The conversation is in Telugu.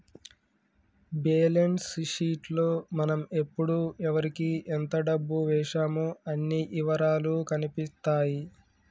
బ్యేలన్స్ షీట్ లో మనం ఎప్పుడు ఎవరికీ ఎంత డబ్బు వేశామో అన్ని ఇవరాలూ కనిపిత్తాయి